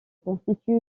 constitue